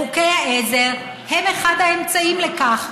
חוקי העזר הם אחד האמצעים לכך,